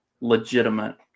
legitimate